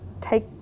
take